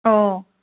ꯑꯣ